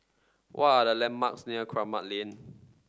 what are the landmarks near Kramat Lane